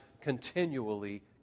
continually